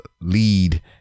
lead